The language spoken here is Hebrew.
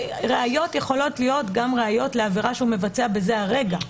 ראיות יכולות להיות גם ראיות לעבירה שהוא מבצע בזה הרגע.